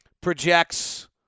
projects